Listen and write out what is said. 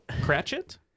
Cratchit